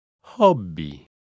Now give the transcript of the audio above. Hobby